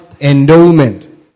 endowment